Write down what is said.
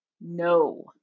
No